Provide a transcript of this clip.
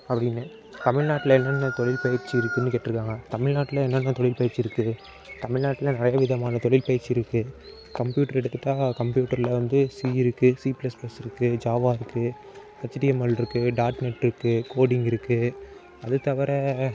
அப்படீனு தமிழ்நாட்டில் என்னென்ன தொழில் பயிற்சி இருக்குனு கேட்டிருக்காங்க தமிழ்நாட்டில் என்னென்ன தொழில் பயிற்சி இருக்கு தமிழ்நாட்டில் நிறைய விதமான தொழில் பயிற்சி இருக்கு கம்ப்யூட்ரை எடுத்துகிட்டா கம்ப்யூட்டரில் வந்து சி இருக்கு சி ப்ளஸ் ப்ளஸ் இருக்கு ஜாவா இருக்கு ஹெச்டிஎம்எல் இருக்கு டாட்நெட் இருக்கு கோடிங் இருக்கு அதுதவிர